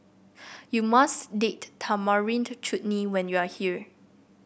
you must Date Tamarind Chutney when you are here